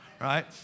right